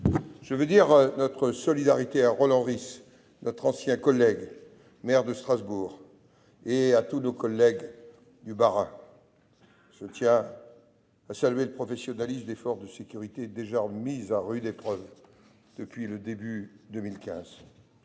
Je veux dire notre solidarité à Roland Ries, notre ancien collègue, maire de Strasbourg, et à tous nos collègues du Bas-Rhin. Je tiens à saluer le professionnalisme des forces de sécurité, déjà mises à rude épreuve depuis 2015.